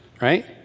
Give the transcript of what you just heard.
right